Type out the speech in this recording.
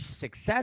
success